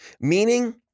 meaning